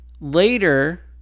later